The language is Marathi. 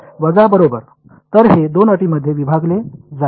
वजा बरोबर तर हे दोन अटींमध्ये विभागले जाईल